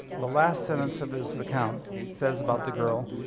the last sentence of his account says about the girl,